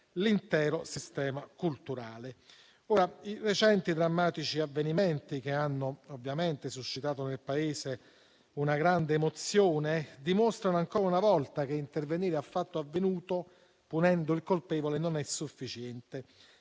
l'intero sistema culturale. I recenti drammatici avvenimenti, che hanno ovviamente suscitato nel Paese una grande emozione, dimostrano, ancora una volta, che intervenire a fatto avvenuto, punendo il colpevole, non è sufficiente.